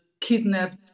kidnapped